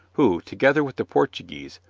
who, together with the portuguese,